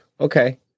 Okay